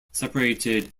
separated